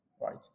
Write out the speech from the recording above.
right